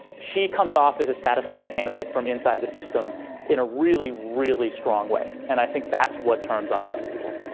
she comes off as a status quo candidate from inside the system in a really, really strong way. and i think that's what turns off young people.